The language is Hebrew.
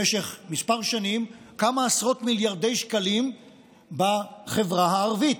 במשך כמה שנים כמה עשרות מיליארדי שקלים בחברה הערבית,